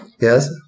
Yes